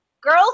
Girls